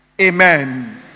Amen